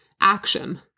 Action